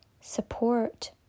support